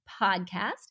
podcast